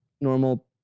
normal